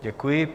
Děkuji.